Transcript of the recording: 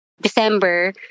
December